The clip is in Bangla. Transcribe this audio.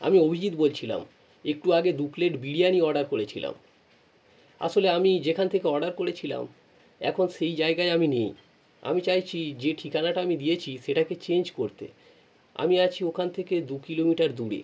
আমি অভিজিৎ বলছিলাম একটু আগে দু প্লেট বিরিয়ানি অর্ডার করেছিলাম আসলে আমি যেখান থেকে অর্ডার করেছিলাম এখন সেই জায়গায় আমি নেই আমি চাইছি যে ঠিকানাটা আমি দিয়েছি সেটাকে চেঞ্জ করতে আমি আছি ওখান থেকে দু কিলোমিটার দূরে